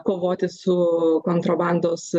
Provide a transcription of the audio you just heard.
kovoti su kontrabandos